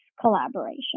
collaboration